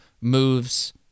moves